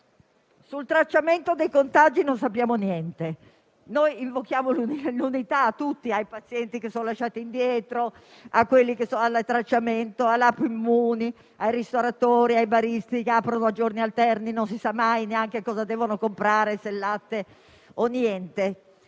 Sul tracciamento dei contagi non sappiamo niente. Noi chiediamo l'unità a tutti: ai pazienti che sono lasciati indietro, al tracciamento, alla *app* Immuni, ai ristoratori e ai baristi che aprono a giorni alterni e non sanno mai neanche cosa devono comprare: se il latte o niente.